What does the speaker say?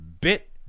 bit